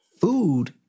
food